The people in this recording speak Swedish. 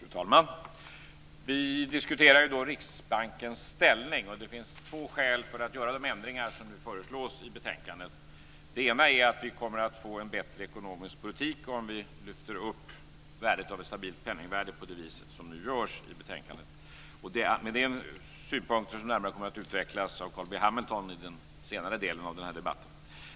Fru talman! Vi diskuterar i dag Riksbankens ställning. Det finns två skäl till att göra de ändringar som föreslås i betänkandet. Det ena skälet är att vi kommer att få en bättre ekonomisk politik om vi lyfter upp betydelsen av ett stabilt penningvärde på det vis som görs i betänkandet. De synpunkterna kommer att närmare utvecklas av Carl B Hamilton under senare delen av den här debatten.